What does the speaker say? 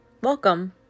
Welcome